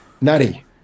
Natty